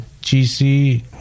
GC